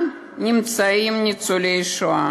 נמצאים כאן ניצולי שואה